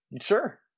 Sure